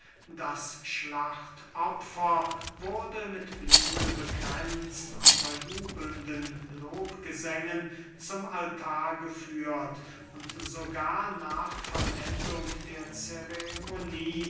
das schlachtopfer wurde mit blumen bekränzt unter jubelnden lobgesängen zum altar geführt und sogar nach vollendung der ceremonie